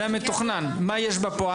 מה יש בפועל?